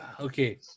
Okay